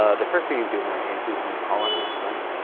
ah the first thing you do in that case is, you call up netflix,